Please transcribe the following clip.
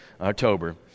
October